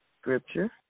scripture